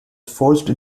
forced